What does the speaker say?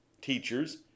teachers